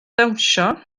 dawnsio